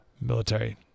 military